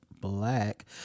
black